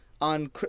on